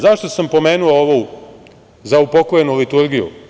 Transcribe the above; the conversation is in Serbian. Zašto sam pomenuo zaupokojenu liturgiju?